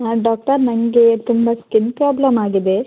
ಹಾಂ ಡಾಕ್ಟರ್ ನಂಗೆ ತುಂಬ ಸ್ಕಿನ್ ಪ್ರಾಬ್ಲಮ್ ಆಗಿದೆ